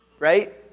Right